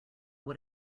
what